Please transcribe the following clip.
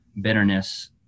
bitterness